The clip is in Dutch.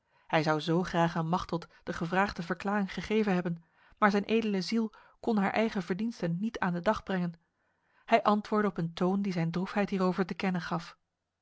hij zou zo graag aan machteld de gevraagde verklaring gegeven hebben maar zijn edele ziel kon haar eigen verdiensten niet aan de dag brengen hij antwoordde op een toon die zijn droefheid hierover te kennen gaf